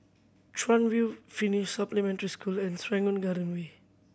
Chuan View Finnish Supplementary School and Serangoon Garden Way